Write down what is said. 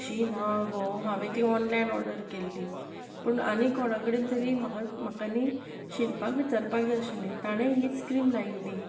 शी ना गो हांवें ती ऑनलायन ऑर्डर केल्ली पूण आनी कोणा कडेन तरी म्हाका म्हाका न्हय शिल्पाक विचारपाक जाय आशिल्लें ताणेंय हीच क्रीम लायिल्ली